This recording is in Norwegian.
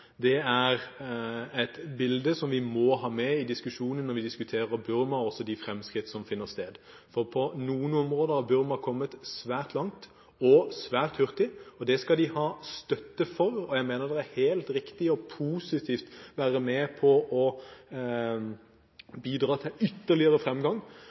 de fremskritt som finner sted. På noen områder har Burma kommet svært langt – svært hurtig – og det skal de ha støtte for. Jeg mener det er helt riktig og positivt å være med på å bidra til ytterligere fremgang,